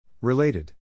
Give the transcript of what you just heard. Related